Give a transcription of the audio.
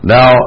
Now